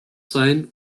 sein